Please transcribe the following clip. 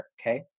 Okay